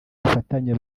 bufatanye